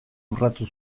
urratu